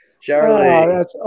Charlie